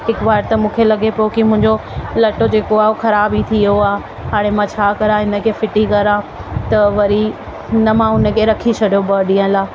हिकु बार त मूंखे लॻे पियो की मुंहिंजो लटो जेको आहे उहा ख़राब ई थी वियो आहे हाणे मां छा कयां इन खे फिटी कयां त वरी न मां हुन खे रखी छॾो ॿ ॾींहं लाइ